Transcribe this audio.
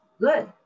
good